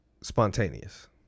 spontaneous